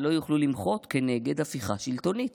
לא יוכלו למשל למחות כנגד הפיכה שלטונית.